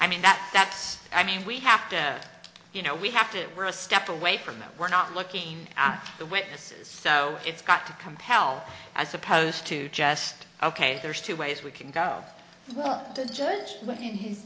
i mean that that's i mean we have to you know we have to step away from that we're not looking at the witnesses so it's got to compel as opposed to just ok there's two ways we can go up to the judge in his